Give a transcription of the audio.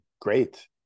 great